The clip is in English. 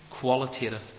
qualitative